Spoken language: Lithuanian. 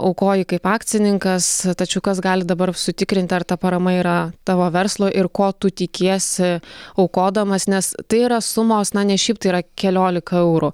aukoji kaip akcininkas tačiau kas gali dabar sutikrint ar ta parama yra tavo verslo ir ko tu tikiesi aukodamas nes tai yra sumos na ne šiaip tai yra keliolika eurų